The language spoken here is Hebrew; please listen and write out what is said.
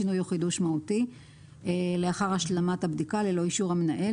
שינוי או חידוש מהותי לאחר השלמת הבדיקה ללא אישור המנהל.